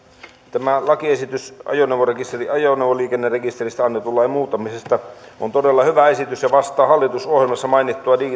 tämä lakiesitys ajoneuvoliikennerekisteristä annetun lain muuttamisesta on todella hyvä esitys ja vastaa hallitusohjelmassa mainittua